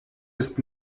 ist